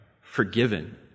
forgiven